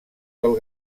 del